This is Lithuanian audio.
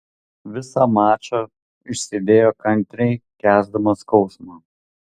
visą mačą išsėdėjo kantriai kęsdamas skausmą